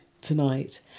tonight